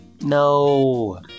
No